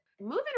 moving